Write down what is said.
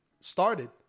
started